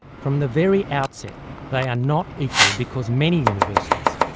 from the very outset they are not equal because many universities,